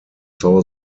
saw